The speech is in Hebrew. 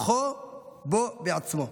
כוחו בו בעצמו,